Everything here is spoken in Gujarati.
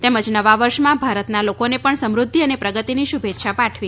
તેમજ નવા વર્ષમાં ભારતના લોકોને પણ સમૃધ્ધિ અને પ્રગતિની શુભેચ્છા પાઠવી